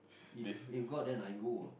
if if got then I go ah